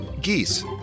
geese